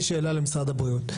יש לי שאלה למשרד הבריאות.